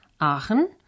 Aachen